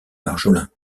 marjolin